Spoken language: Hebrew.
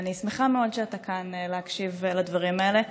אני שמחה מאוד שאתה כאן להקשיב לדברים האלה,